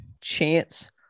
chance